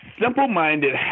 simple-minded